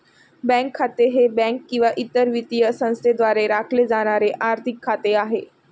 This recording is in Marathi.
बँक खाते हे बँक किंवा इतर वित्तीय संस्थेद्वारे राखले जाणारे आर्थिक खाते आहे